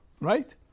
Right